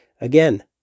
Again